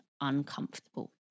uncomfortable